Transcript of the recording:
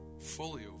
fully